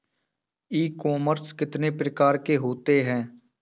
ई commerce कितने प्रकार के होते हैं?